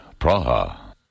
Praha